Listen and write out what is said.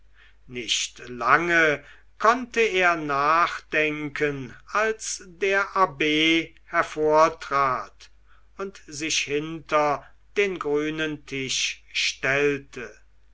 nicht lange konnte er nachdenken als der abb hervortrat und sich hinter den grünen tisch stellte